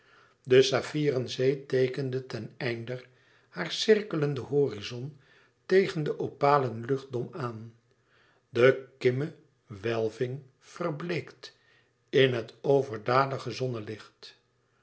de saffieren zee teekende ten einder haar cirkelenden horizon tegen de opalen luchtdom aan de kimmewelving verbleekt in het overdadige